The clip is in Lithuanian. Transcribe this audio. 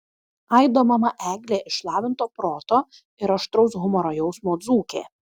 aido mama eglė išlavinto proto ir aštraus humoro jausmo dzūkė